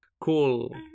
Cool